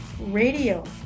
radio